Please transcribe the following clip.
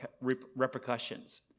repercussions